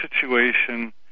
situation